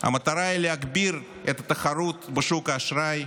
המטרה היא להגביר את התחרות בשוק האשראי,